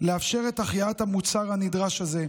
לאפשר את החייאת המוצר הנדרש הזה,